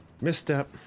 Misstep